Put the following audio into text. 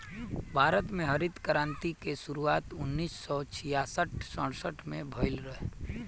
भारत में हरित क्रांति के शुरुआत उन्नीस सौ छियासठ सड़सठ में भइल रहे